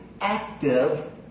active